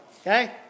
okay